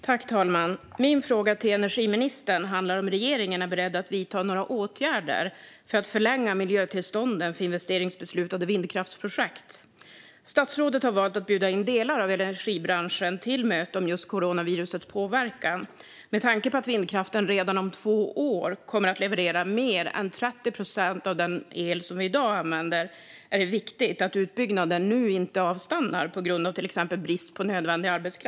Fru talman! Min fråga till energiministern handlar om ifall regeringen är beredd att vidta några åtgärder för att förlänga miljötillstånden för investeringsbeslut när det gäller vindkraftsprojekt. Statsrådet har valt att bjuda in delar av energibranschen till möte om just coronavirusets påverkan. Med tanke på att vindkraften redan om två år kommer att leverera mer än 30 procent av den mängd el som vi i dag använder är det viktigt att utbyggnaden inte avstannar, till exempel på grund av brist på nödvändig arbetskraft.